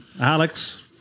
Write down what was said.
Alex